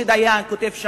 משה דיין כותב שמה,